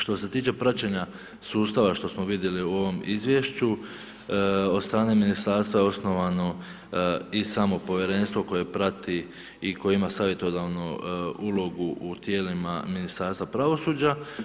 Što se tiče praćenja sustava što smo vidjeli u ovom izvješću, od strane ministarstva osnovano je i samo povjerenstvo koje prati i koje ima savjetodavnu ulogu u tijelima Ministarstva pravosuđa.